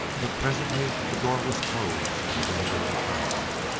but presently the door was closed and denver returned.